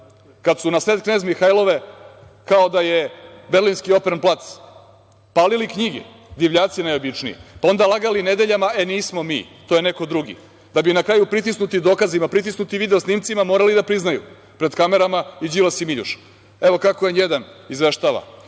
kada su na sred Knez Mihajlove, kao da je Berlinski Opren plac, palili knjige, divljaci najobičniji, pa onda lagali nedeljama – e, nismo mi, to je neko drugi, da bi na kraju, pritisnuti dokazima, pritisnuti video snimcima, morali da priznaju pred kamerama i Đilas i Miljaš. Evo kako „N1“ izveštava.